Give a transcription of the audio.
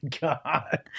God